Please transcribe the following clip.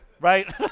Right